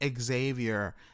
Xavier